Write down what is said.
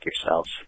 yourselves